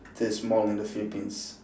this mall in the philippines